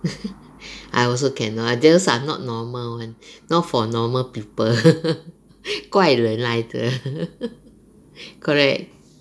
I also cannot those are not normal [one] not for normal people 怪人来的 correct